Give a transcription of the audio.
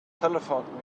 telephoned